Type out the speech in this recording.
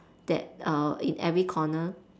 that uh in every corner